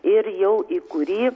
ir jau į kurį